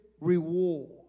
reward